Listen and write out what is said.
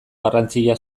garrantzia